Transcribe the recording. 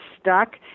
stuck